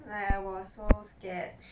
like I was so scared